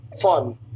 fun